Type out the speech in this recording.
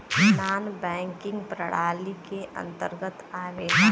नानॅ banking प्रणाली के अंतर्गत आवेला